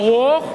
ארוך,